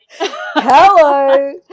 hello